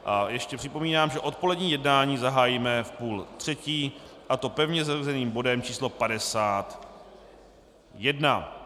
A ještě připomínám, že odpolední jednání zahájíme v půl třetí, a to pevně zařazeným bodem číslo 51.